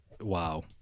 wow